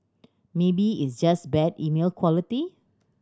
maybe it's just bad email quality